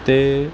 ਅਤੇ